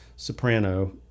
soprano